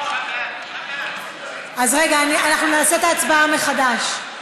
אז רגע, אנחנו נעשה את ההצבעה מחדש.